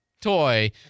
toy